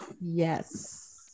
Yes